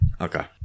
Okay